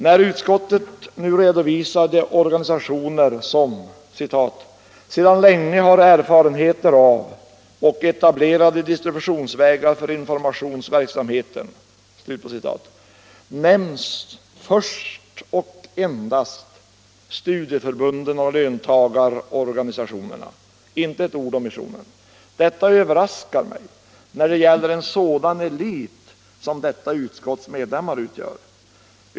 När utskottet nu redovisar de organisationer som ”sedan länge har erfarenheter av och etablerade distributionsvägar för informationsverksamheten” nämns endast studieförbunden och löntagarorganisationerna. Inte ett ord om missionen. Detta överraskar mig när det gäller en sådan elit som detta utskotts medlemmar utgör.